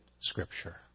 Scripture